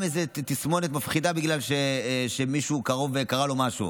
איזו תסמונת מפחידה בגלל שלמישהו קרוב קרה משהו,